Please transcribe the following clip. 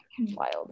Wild